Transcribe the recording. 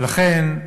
ולכן,